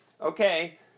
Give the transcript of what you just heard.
Okay